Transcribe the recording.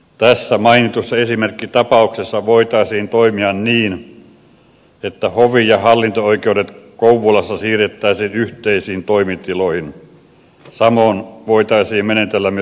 tässä mainitussa esimerkkitapauksessa voitaisiin toimia niin että hovi ja hallinto oikeudet kouvolassa siirrettäisiin yhteisiin toimitiloihin samoin voitaisiin menetellä myös kuopiossa